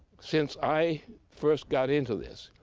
since i first got into this,